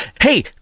Hey